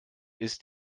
ist